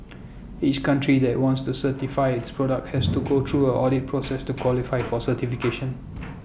each country that wants to certify its products has to go through A audit process to qualify for certification